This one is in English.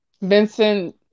Vincent